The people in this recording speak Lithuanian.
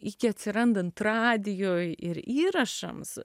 iki atsirandant radijui ir įrašams